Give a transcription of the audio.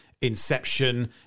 inception